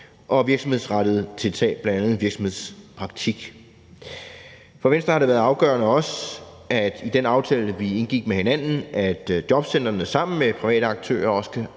og virksomhedsrettede tiltag, bl.a. virksomhedspraktik. For Venstre har det også været afgørende i den aftale, vi indgik med hinanden, at jobcentrene sammen med private aktører også kan